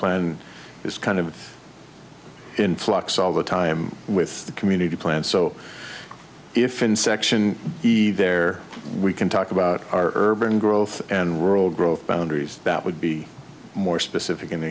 plan is kind of in flux all the time with the community plan so if in section the there we can talk about our urban growth and world growth boundaries that would be more specific